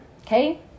okay